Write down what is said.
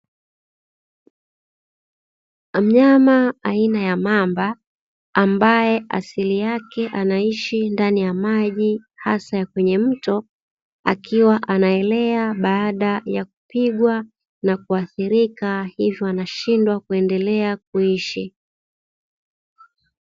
Mnyama aina ya mamba ambaye asili yake anaishi ndani ya maji hasa ya kwenye mto, akiwa anaelea baada ya kupigwa na kuathirika hivyo anashindwa kuendelea kuishi.